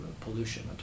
pollution